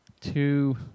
two